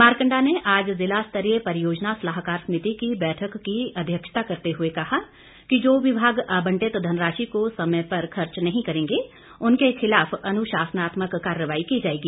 मारकंडा ने आज जिला स्तरीय परियोजना सलाहकार समिति की बैठक की अध्यक्षता करते हुए कहा कि जो विभाग आबंटित धनराशि को समय पर खर्च नहीं करेंगे उनके खिलाफ अनुशासनात्मक कार्रवाई की जाएगी